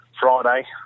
Friday